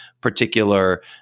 particular